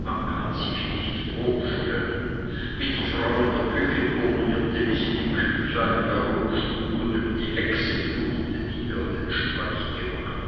man kann sich nicht vorstellen wie die frau in der küche turnierte wie sie die küchlein herumschlug und über die hexe fluchte die ihr den streich gemacht